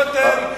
חבר הכנסת רותם,